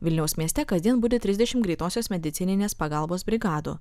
vilniaus mieste kasdien budi trisdešim greitosios medicininės pagalbos brigadų